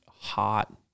Hot